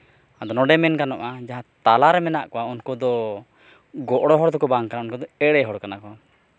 ᱟᱫᱚ ᱱᱚᱸᱰᱮ ᱢᱮᱱ ᱜᱟᱱᱚᱜᱼᱟ ᱡᱟᱦᱟᱸ ᱛᱟᱞᱟᱨᱮ ᱢᱮᱱᱟᱜ ᱠᱚᱣᱟ ᱩᱱᱠᱩ ᱫᱚ ᱜᱚᱲᱚ ᱦᱚᱲ ᱫᱚᱠᱚ ᱵᱟᱝ ᱠᱟᱱᱟ ᱩᱱᱠᱩ ᱫᱚ ᱮᱲᱮ ᱦᱚᱲ ᱠᱟᱱᱟ ᱠᱚ